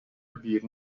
биир